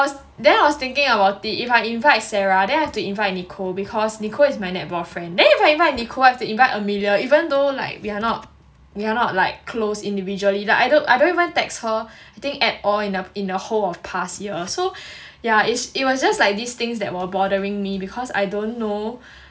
then I was thinking about it if I invite sarah then I have to invite nicole because nicole is my netball friend then if I invite nicole I have to invite amelia even though like we're not we're not like close individually like either I don't I don't even text her I think at all in in the whole of past year so yeah it was just like these things that were bothering me because I don't know